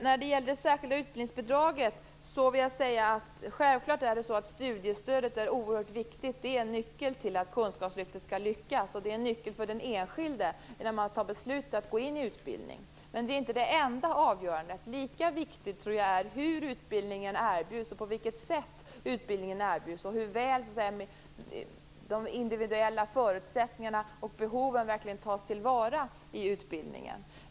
När det gäller det särskilda utbildningsbidraget är studiestödet självklart oerhört viktigt. Det är en nyckel till att kunskapslyftet skall lyckas, och det är en nyckel för den enskilde när han eller hon fattar beslutet att gå in i utbildning. Men det är inte det enda som är avgörande. Lika viktigt tror jag är på vilket sätt utbildningen erbjuds och hur väl de individuella förutsättningarna och behoven tas till vara i utbildningen.